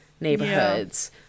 neighborhoods